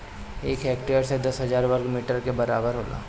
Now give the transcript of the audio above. एक हेक्टेयर दस हजार वर्ग मीटर के बराबर होला